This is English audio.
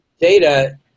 data